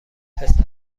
پسر